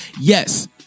Yes